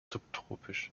subtropisch